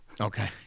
Okay